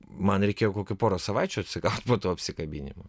man reikėjo kokių poros savaičių atsigaut po tų apsikabinimų